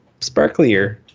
sparklier